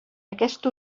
aquest